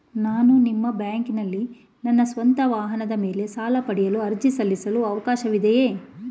ನಾನು ನಿಮ್ಮ ಬ್ಯಾಂಕಿನಲ್ಲಿ ನನ್ನ ಸ್ವಂತ ವಾಹನದ ಮೇಲೆ ಸಾಲ ಪಡೆಯಲು ಅರ್ಜಿ ಸಲ್ಲಿಸಲು ಅವಕಾಶವಿದೆಯೇ?